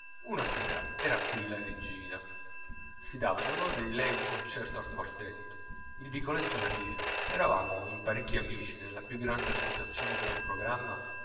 una sera era qui la regina si dava in onore di lei un concerto al quartetto il vicoletto era pieno eravamo in parecchi amici nella più grande aspettazione per un programma